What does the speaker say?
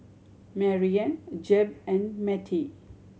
Marianne Jeb and Matie